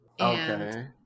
Okay